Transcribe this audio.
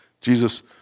Jesus